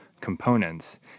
components